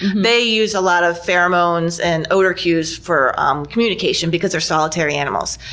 they use a lot of pheromones and odor cues for um communication because they're solitary animals.